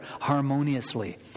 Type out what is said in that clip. harmoniously